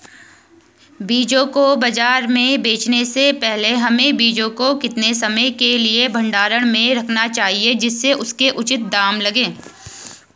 बीजों को बाज़ार में बेचने से पहले हमें बीजों को कितने समय के लिए भंडारण में रखना चाहिए जिससे उसके उचित दाम लगें?